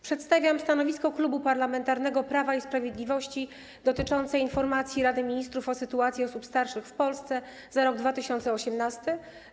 Przedstawiam stanowisko Klubu Parlamentarnego Prawo i Sprawiedliwość dotyczące informacji Rady Ministrów o sytuacji osób starszych w Polsce za rok 2018.